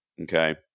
Okay